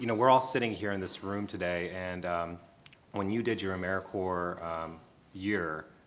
you know we're all sitting here in this room today and when you did your americorps year,